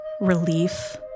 relief